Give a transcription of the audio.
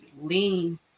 lean